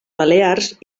balears